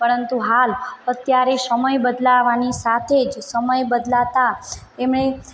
પરંતુ હાલ અત્યારે સમય બદલાવાની સાથે જ સમય બદલાતા એમણે